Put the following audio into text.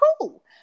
cool